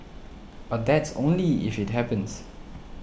but that's only if it happens